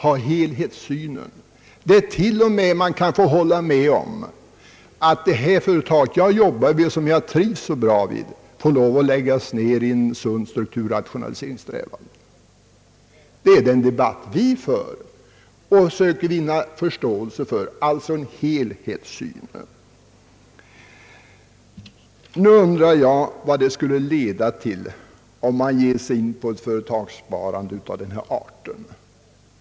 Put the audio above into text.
Man kan då till och med få hålla med om att det företag där man är anställd och trivs så bra vid får lov att läggas ned i en sund strukturrationaliseringssträvan. Detta är den debatt vi för och söker vinna förståelse för såsom en helhetssyn. Nu undrar jag vart det skulle leda om man ger sig in på företagssparande av den här arten.